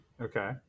Okay